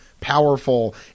powerful